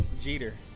Jeter